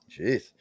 Jeez